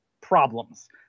problems